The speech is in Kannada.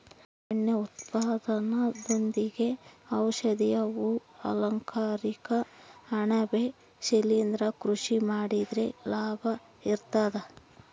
ಅರಣ್ಯ ಉತ್ಪನ್ನದೊಂದಿಗೆ ಔಷಧೀಯ ಹೂ ಅಲಂಕಾರಿಕ ಅಣಬೆ ಶಿಲಿಂದ್ರ ಕೃಷಿ ಮಾಡಿದ್ರೆ ಲಾಭ ಇರ್ತದ